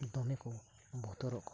ᱫᱚᱢᱮ ᱠᱚ ᱵᱚᱛᱚᱨᱚᱜ ᱠᱟᱱᱟ